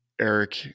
Eric